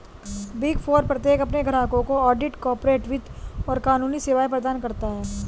big four प्रत्येक अपने ग्राहकों को ऑडिट, कॉर्पोरेट वित्त और कानूनी सेवाएं प्रदान करता है